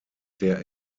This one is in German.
der